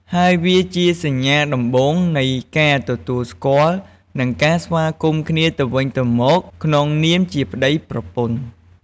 ហើយវាជាសញ្ញាដំបូងនៃការទទួលស្គាល់ និងការស្វាគមន៍គ្នាទៅវិញទៅមកក្នុងនាមជាប្តីប្រពន្ធ។